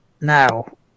Now